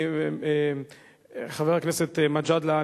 חבר הכנסת מג'אדלה,